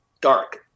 dark